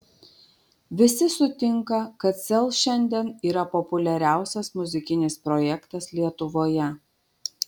visi sutinka kad sel šiandien yra populiariausias muzikinis projektas lietuvoje